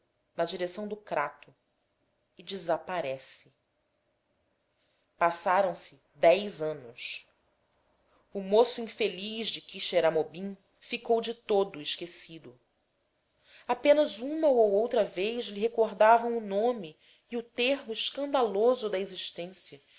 na direção do crato e desaparece passaram-se dez anos o moço infeliz de quixeramobim ficou de todo esquecido apenas uma ou outra vez lhe recordavam o nome e o termo escandaloso da existência